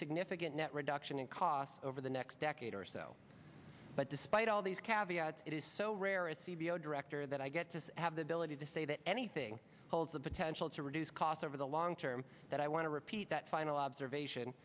significant net reduction in costs over the next decade or so but despite all these caviar it is so rare a c b o director that i get to have the ability to say that anything holds the potential to reduce costs over the long term that i want to repeat that final observation